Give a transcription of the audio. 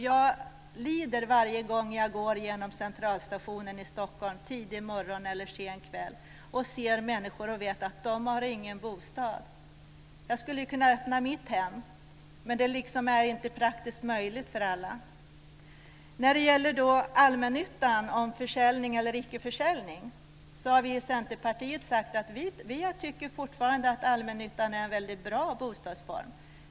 Jag lider varje gång jag går genom Centralstationen i Stockholm tidigt på morgonen eller sent på kvällen och ser människor och vet att de inte har någon bostad. Jag skulle kunna öppna mitt hem, men det är inte praktiskt möjligt för alla. När det gäller försäljning eller icke försäljning av allmännyttan har vi i Centerpartiet sagt att vi fortfarande tycker att allmännyttan är en väldigt bra bostadsform.